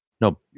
No